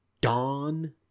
dawn